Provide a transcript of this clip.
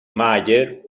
mayer